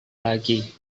lagi